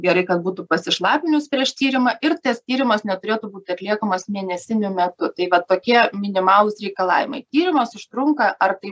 gerai kad būtų pasišlapinius prieš tyrimą ir tas tyrimas neturėtų būti atliekamas mėnesinių metu tai va tokie minimalūs reikalavimai tyrimas užtrunka ar tai